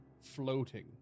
floating